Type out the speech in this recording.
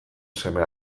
seme